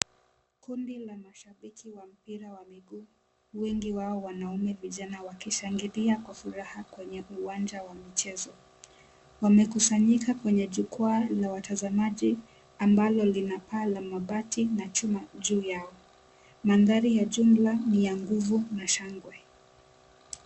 Kundi la washabiki wa mpira wa miguu wengi wao wanaume vijana wakishangilia kwa furaha kwenye uwanja wa mchezo. Wamekusanyika kwenye jukwaa la watazamaji ambalo linapaa la mabati na chuma juu yao. Mandhari ya jumla ya nguvu na shangwe.